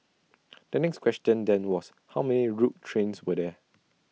the next question then was how many rogue trains were there